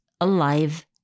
alive